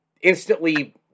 instantly